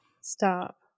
Stop